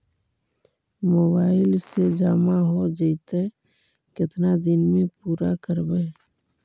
Mobile से जामा हो जैतय, केतना दिन में पुरा करबैय?